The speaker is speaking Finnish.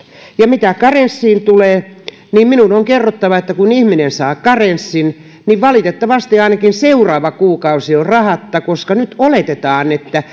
ja mitä karenssiin tulee niin minun on kerrottava että kun ihminen saa karenssin niin valitettavasti ainakin seuraava kuukausi on rahatta koska nyt oletetaan että